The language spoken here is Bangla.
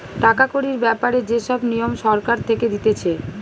টাকা কড়ির ব্যাপারে যে সব নিয়ম সরকার থেকে দিতেছে